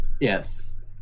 Yes